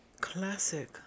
classic